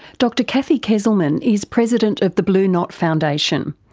dr cathy kezelman is president of the blue knot foundation,